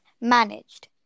Managed